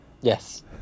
Yes